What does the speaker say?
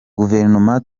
guverinoma